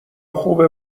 خوبه